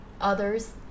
others